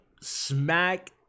smack